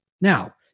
Now